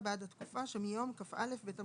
אתם צריכים להיות מוכנים לזה מאתמול.